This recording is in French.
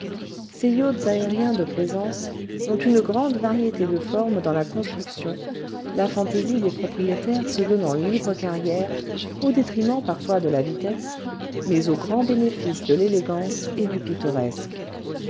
ces yachts aériens de plaisance ont une grande variété de formes dans la construction la fantaisie des propriétaires se donnant libre carrière au détriment parfois de la vitesse mais au grand bénéfice de l'élégance et du pittoresque